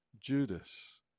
Judas